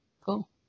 cool